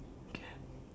okay